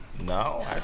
No